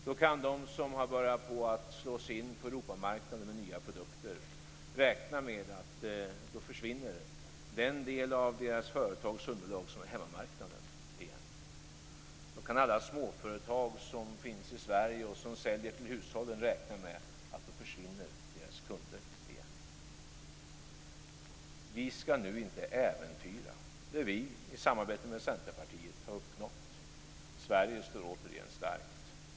Då kan de som börjat slå sig in på Europamarknaden med nya produkter räkna med att den del av deras företags underlag som är hemmamarknaden försvinner igen. Då kan alla småföretag som finns i Sverige och säljer till hushållen räkna med att deras kunder försvinner igen. Vi skall nu inte äventyra det vi i samarbete med Centerpartiet har uppnått. Sverige står återigen starkt.